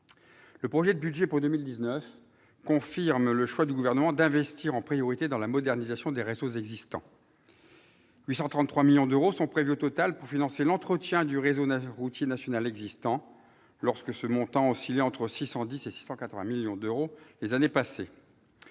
le projet de budget pour 2019 confirme le choix du Gouvernement d'investir en priorité dans la modernisation des réseaux existants. Au total, 833 millions d'euros sont prévus pour financer l'entretien du réseau routier national existant, lorsque ce montant oscillait entre 610 et 680 millions d'euros les années passées.